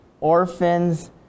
orphans